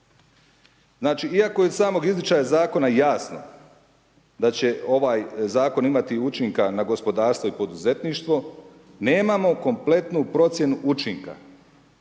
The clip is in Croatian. Znači iako je kod samog izričaja zakona, jasno, da će ovaj zakon imati učinka na gospodarstvo i poduzetništvo, nemamo kompletnu procjenu učinka,